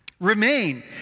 remain